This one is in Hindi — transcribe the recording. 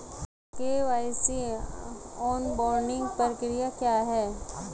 के.वाई.सी ऑनबोर्डिंग प्रक्रिया क्या है?